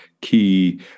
key